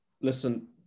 Listen